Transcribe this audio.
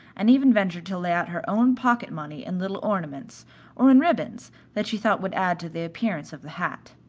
and even ventured to lay out her own pocket money in little ornaments or in ribbons that she thought would add to the appearance of the hat.